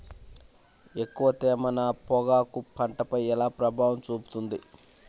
ఎక్కువ తేమ నా పొగాకు పంటపై ఎలా ప్రభావం చూపుతుంది?